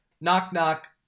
knock-knock